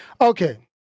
Okay